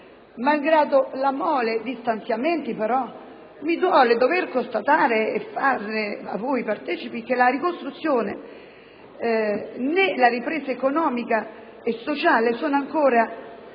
Malgrado la mole di stanziamenti, però, mi duole dover constatare e farvi partecipi che né la ricostruzione né la ripresa economica e sociale sono ancora